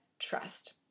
Trust